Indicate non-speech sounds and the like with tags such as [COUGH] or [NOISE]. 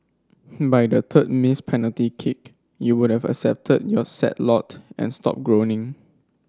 by the [UNINTELLIGIBLE] missed penalty kick you would've accepted your sad lot and stopped groaning